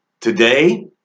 today